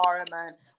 environment